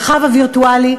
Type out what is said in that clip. המרחב הווירטואלי,